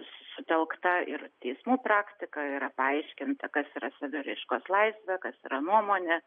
sutelkta ir teismų praktika yra paaiškinta kas yra saviraiškos laisvė kas yra nuomonė